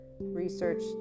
research